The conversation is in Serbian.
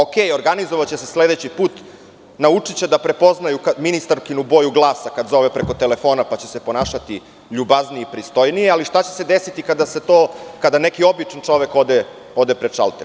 Ok, Organizovaće se sledeći put, naučiće da prepoznaju ministarkinu boju glasa kad zove preko telefona pa će se ponašati ljubaznije i pristojnije, ali šta će sedesiti kada neki obični čovek ode pred šalter?